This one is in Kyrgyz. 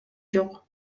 жок